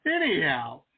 Anyhow